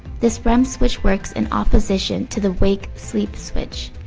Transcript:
this rem switch works in opposition to the wake-sleep switch.